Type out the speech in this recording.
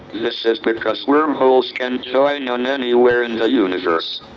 this is because wormholes can join on anywhere in the universe.